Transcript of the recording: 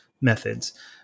methods